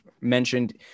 mentioned